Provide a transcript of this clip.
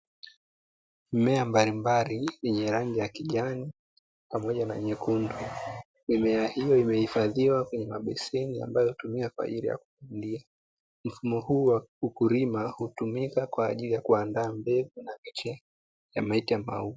Mimea mbalimbali yenye rangi ya Kijani pamoja na nyekundu, mimea hiyo imehifadhiwa kwenye mabeseni ambayo hutumiwa kwaajili ya kutunzia mfumo huu wa ukulima hutumika kwaajili ya kuandaa mbegu na miche na miti ya maua.